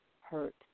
hurt